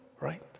right